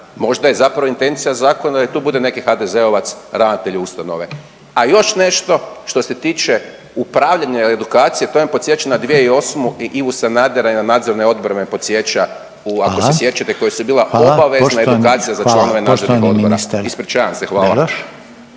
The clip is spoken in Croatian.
možda je zapravo intencija zakona je da tu bude neki HDZ-ovac ravnatelj ustanove. A još nešto što se tiče upravljanja i edukacije, to me podsjeća na 2008. i Ivu Sanadera i na nadzorne odbore me podsjeća u…/Upadica Reiner: Hvala, hvala, poštovani, hvala…/…ako se sjećate koja su bila obavezna edukacija za članove nadzornih odbora. Ispričavam se, hvala.